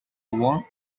one